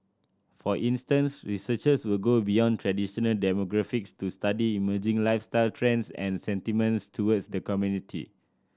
for instance researchers will go beyond traditional demographics to study emerging lifestyle trends and sentiments towards the community